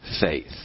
faith